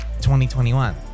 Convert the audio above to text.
2021